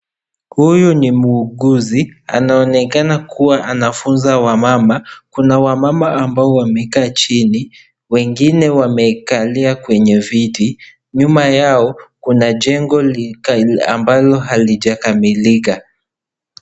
Huyu ni mhuguzi. Anaonekana kuwa anafunza wamama. Kuna wamama ambao wamekaa chini, wengine wamekalia kwenye viti. Nyuma Yao kuna jengo ambalo halijakamilika.